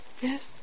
Yes